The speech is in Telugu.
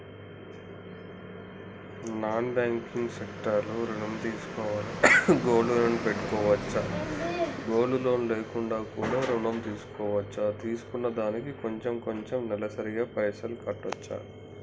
నాన్ బ్యాంకింగ్ సెక్టార్ లో ఋణం తీసుకోవాలంటే గోల్డ్ లోన్ పెట్టుకోవచ్చా? గోల్డ్ లోన్ లేకుండా కూడా ఋణం తీసుకోవచ్చా? తీసుకున్న దానికి కొంచెం కొంచెం నెలసరి గా పైసలు కట్టొచ్చా?